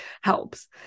helps